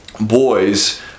boys